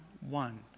one